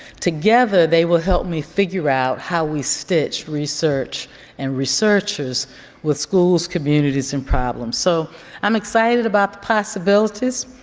together, they will help me figure out how we stitch research and researchers with schools, communities and problems. so i'm excited about the possibilities.